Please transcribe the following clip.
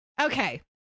okay